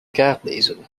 kaartlezen